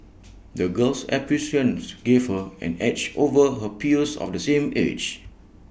the girl's experiences gave her an edge over her peers of the same age